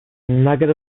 nugget